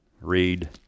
read